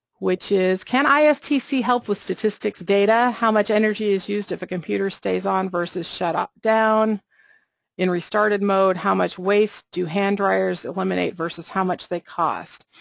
which is can i ask tc help with statistics data, how much energy is used if a computer stays on versus shut up down in restarted mode, how much waste do hand-dryers eliminate versus how much they cost?